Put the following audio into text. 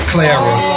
Clara